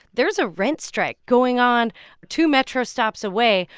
there is a rent strike going on two metro stops away.